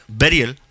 burial